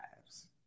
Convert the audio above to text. lives